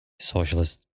Socialist